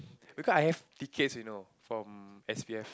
because I have tickets you know from s_p_f